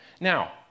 Now